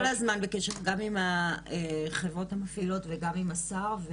אני כל הזמן בקשר גם עם החברות המפעילות וגם עם השר.